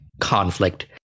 conflict